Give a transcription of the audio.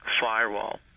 firewall